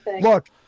Look